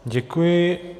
Děkuji.